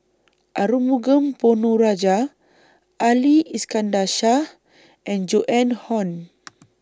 Arumugam Ponnu Rajah Ali Iskandar Shah and Joan Hon